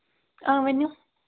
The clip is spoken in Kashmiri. آ ؤنِو